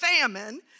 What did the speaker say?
famine